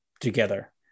together